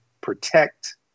protect